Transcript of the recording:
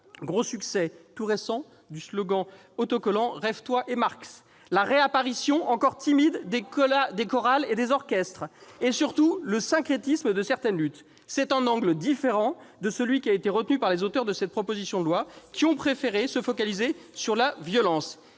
gros succès, tout récent, du slogan-autocollant " Rêve-toi et Marx "-, la réapparition- encore timide -des chorales et des orchestres et, surtout, le syncrétisme de certaines luttes. » C'est un angle différent de celui qui a été retenu par les auteurs de cette proposition de loi, ... C'est sûr !... lesquels ont préféré se focaliser sur la violence.